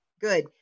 good